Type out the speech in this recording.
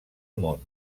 món